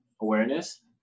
awareness